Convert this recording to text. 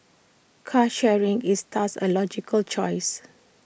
car sharing is thus A logical choice